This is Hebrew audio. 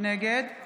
נגד